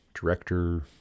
director